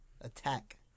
attack